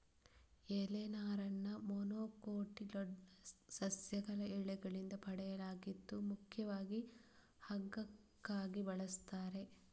ಎಲೆ ನಾರನ್ನ ಮೊನೊಕೊಟಿಲ್ಡೋನಸ್ ಸಸ್ಯಗಳ ಎಲೆಗಳಿಂದ ಪಡೆಯಲಾಗಿದ್ದು ಮುಖ್ಯವಾಗಿ ಹಗ್ಗಕ್ಕಾಗಿ ಬಳಸ್ತಾರೆ